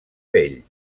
vell